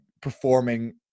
performing